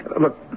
look